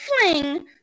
fling